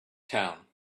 town